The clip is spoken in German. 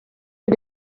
für